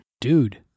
Dude